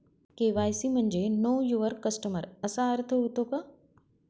KYC म्हणजे know your customer असा अर्थ होतो का?